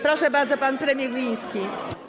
Proszę bardzo, pan premier Gliński.